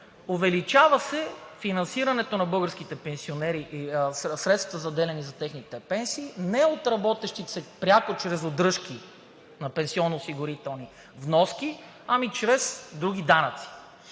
увеличават се финансирането за българските пенсионери и средствата, заделени за техните пенсии, не от работещите и чрез удръжки на пенсионноосигурителни вноски, а чрез други данъци.